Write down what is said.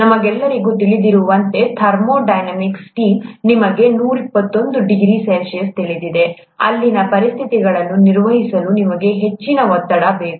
ನಮಗೆಲ್ಲರಿಗೂ ತಿಳಿದಿರುವಂತೆ thermodynamic steam ನಿಮಗೆ 121 ಡಿಗ್ರಿ ಸಿ ತಿಳಿದಿದೆ ಅಲ್ಲಿನ ಪರಿಸ್ಥಿತಿಗಳನ್ನು ನಿರ್ವಹಿಸಲು ನಿಮಗೆ ಹೆಚ್ಚಿನ ಒತ್ತಡ ಬೇಕು